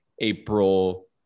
April